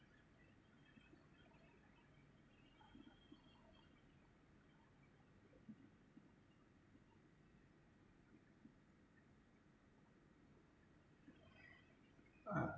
ah